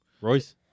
Royce